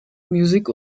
music